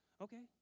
Okay